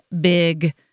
big